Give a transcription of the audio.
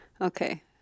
Okay